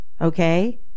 okay